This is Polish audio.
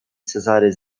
cezary